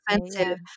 expensive